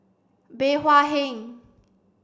Bey Hua Heng